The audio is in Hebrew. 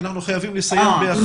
כי אנחנו חייבים לסיים ב-11:00.